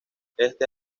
éste